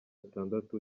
atandatu